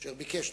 אשר ביקש.